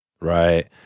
Right